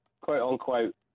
quote-unquote